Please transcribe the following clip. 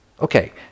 Okay